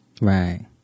Right